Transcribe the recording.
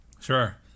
Sure